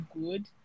good